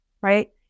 right